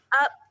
up